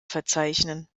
verzeichnen